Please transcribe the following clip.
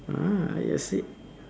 ah you see